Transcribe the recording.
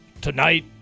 tonight